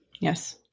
Yes